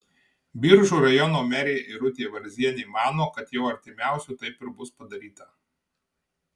biržų rajono merė irutė varzienė mano kad jau artimiausiu taip ir bus padaryta